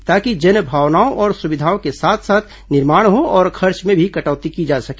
ताकि जनभावनाओं और सुविधाओं के साथ साथ निर्माण हो और खर्च में भी कटौती की जा सके